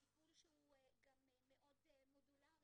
טיפול שהוא גם מאוד מודולרי,